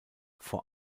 vor